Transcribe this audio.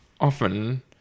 often